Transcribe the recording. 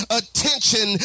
attention